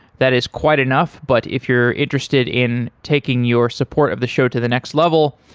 that is quite enough, but if you're interested in taking your support of the show to the next level,